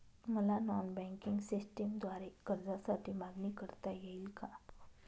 मला non banking सिस्टमद्वारे कर्जासाठी मागणी करता येईल का?